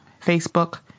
Facebook